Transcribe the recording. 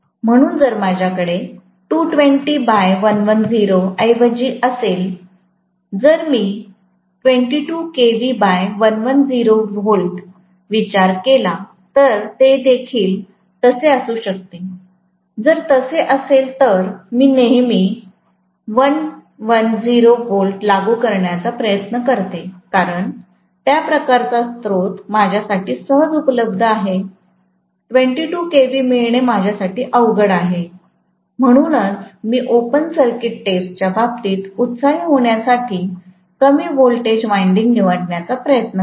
म्हणून जर माझ्याकडे 220 बाय 110 ऐवजी असेल जर मीविचार केला तर ते देखील तसे असू शकते जर तसे असेल तर मी नेहमी 110 Vलागू करण्याचा प्रयत्न करते कारण त्या प्रकारचा स्रोत माझ्यासाठी सहज उपलब्ध आहे 22KV मिळणे माझ्यासाठी अवघड असेल म्हणूनच मी ओपन सर्किट टेस्टच्या बाबतीत उत्साही होण्यासाठी कमी व्होल्टेज वायंडिंग निवडण्याचा प्रयत्न करेन